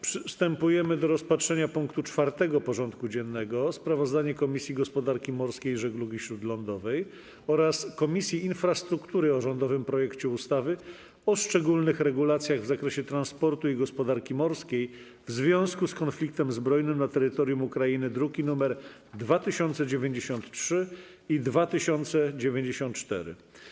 Przystępujemy do rozpatrzenia punktu 4. porządku dziennego: Sprawozdanie Komisji Gospodarki Morskiej i Żeglugi Śródlądowej oraz Komisji Infrastruktury o rządowym projekcie ustawy o szczególnych regulacjach w zakresie transportu i gospodarki morskiej w związku z konfliktem zbrojnym na terytorium Ukrainy (druki nr 2093 i 2094)